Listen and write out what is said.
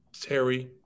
Terry